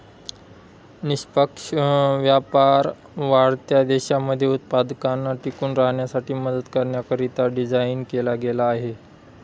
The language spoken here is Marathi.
निष्पक्ष व्यापार वाढत्या देशांमध्ये उत्पादकांना टिकून राहण्यासाठी मदत करण्याकरिता डिझाईन केला गेला आहे